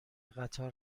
قطار